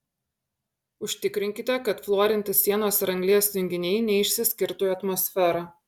užtikrinkite kad fluorinti sieros ir anglies junginiai neišsiskirtų į atmosferą